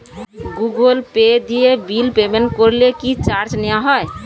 Google Pay দিয়ে bill payment করলে কি চার্জ নেওয়া হয়?